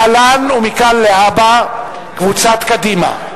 להלן: קבוצת סיעת קדימה,